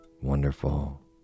wonderful